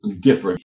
different